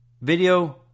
Video